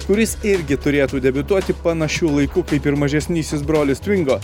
kuris irgi turėtų debiutuoti panašiu laiku kaip ir mažesnysis brolis tvingo